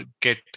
get